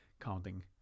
counting